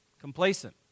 Complacent